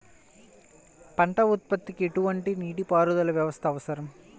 పంట ఉత్పత్తికి ఎటువంటి నీటిపారుదల వ్యవస్థ అవసరం?